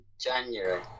January